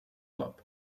club